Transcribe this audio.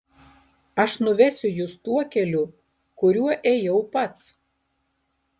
aš nuvesiu jus tuo keliu kuriuo ėjau pats